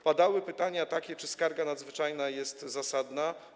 Padały takie pytania, czy skarga nadzwyczajna jest zasadna.